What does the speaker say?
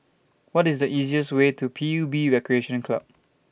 What IS The easiest Way to P U B Recreation Club